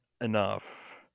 enough